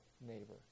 neighbor